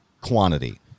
quantity